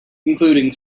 including